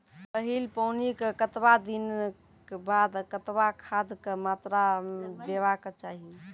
पहिल पानिक कतबा दिनऽक बाद कतबा खादक मात्रा देबाक चाही?